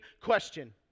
question